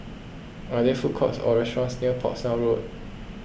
are there food courts or restaurants near Portsdown Road